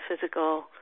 physical